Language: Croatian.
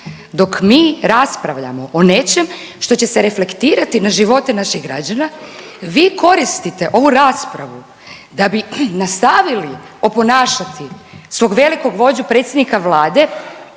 dok mi raspravljamo o nečem što će se reflektirati na živote naših građana, vi koristite ovu raspravu da bi nastavili oponašati svog velikog vođu, predsjednika Vlade